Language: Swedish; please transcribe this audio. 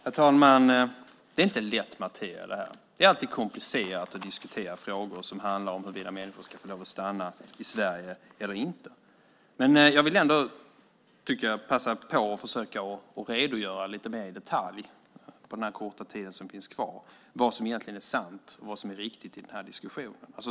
Herr talman! Det här är inte lätt materia. Det är alltid komplicerat att diskutera frågor som handlar om huruvida människor ska få lov att stanna i Sverige. Men jag vill passa på att försöka redogöra lite mer i detalj, på den korta tid som är kvar, för vad som egentligen är sant och riktigt i diskussionen.